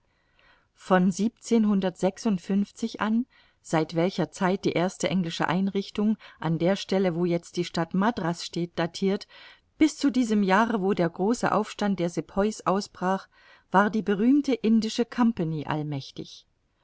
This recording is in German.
von an seit welcher zeit die erste englische einrichtung an der stelle wo jetzt die stadt madras steht datirt bis zu diesem jahre wo der große aufstand der sepoys ausbrach war die berühmte indische compagnie